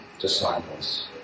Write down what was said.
disciples